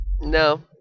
No